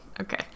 Okay